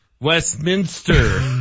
Westminster